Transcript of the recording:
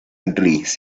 gris